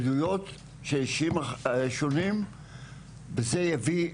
עדויות של אנשים שונים וזה יביא,